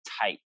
type